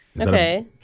okay